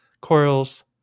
corals